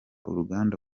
uruganda